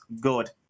good